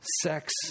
sex